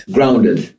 Grounded